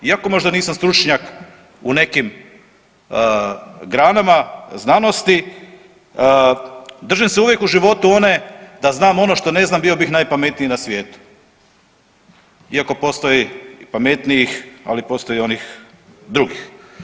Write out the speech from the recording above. Iako možda nisam stručnjak u nekim granama znanosti držim se uvijek u životu one da znam ono što ne znam bio bih najpametniji na svijetu, iako postoji i pametnijih, ali postoji i onih drugih.